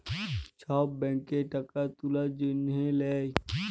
ছব ব্যাংকে টাকা তুলার জ্যনহে লেই